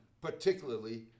particularly